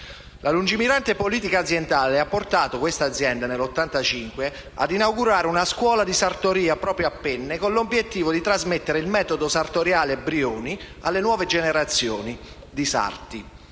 La lungimirante politica aziendale ha portato l'azienda ad inaugurare nel 1985 una scuola di sartoria proprio a Penne con l'obiettivo di trasmettere il metodo sartoriale Brioni alle nuove generazioni di sarti.